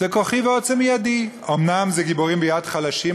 זה כוחי ועוצם ידי: אומנם זה גיבורים ביד חלשים,